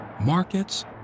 markets